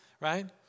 right